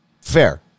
fair